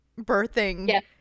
birthing